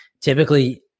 typically